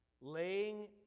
laying